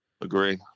Agree